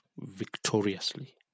victoriously